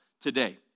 today